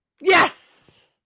yes